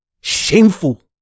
Shameful